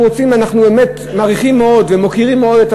אנחנו באמת מעריכים מאוד ומוקירים מאוד את